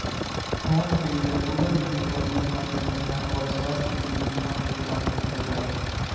phone पे या Google Pay पर बीमा दुर्घटना कवर, स्वास्थ्य, गृह बीमा के प्लान देखल जा हय